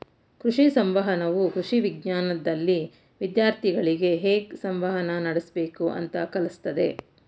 ಕೃಷಿ ಸಂವಹನವು ಕೃಷಿ ವಿಜ್ಞಾನ್ದಲ್ಲಿ ವಿದ್ಯಾರ್ಥಿಗಳಿಗೆ ಹೇಗ್ ಸಂವಹನ ನಡಸ್ಬೇಕು ಅಂತ ಕಲ್ಸತದೆ